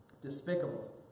Despicable